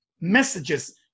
messages